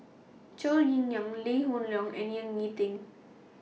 Zhou Ying NAN Lee Hoon Leong and Ying E Ding